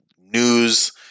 news